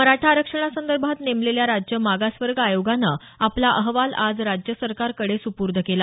मराठा आरक्षणासंदर्भात नेमलेल्या राज्य मागासवर्ग आयोगानं आपला अहवाल आज राज्य सरकारकडे सुपुर्द केला